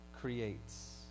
creates